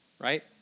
Right